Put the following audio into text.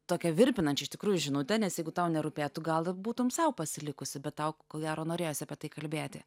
tokią virpinančią iš tikrųjų žinutę nes jeigu tau nerūpėtų gal ir būtum sau pasilikusi bet tau ko gero norėjosi apie tai kalbėti